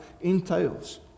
entails